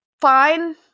fine